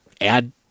add